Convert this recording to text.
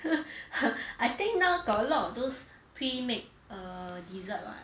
I think now got a lot of those pre made err dessert [what]